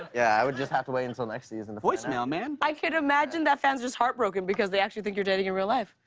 yeah, i would just have to wait until next season. voicemail, man. i can imagine that fans are just heartbroken because they actually think you're dating in real life.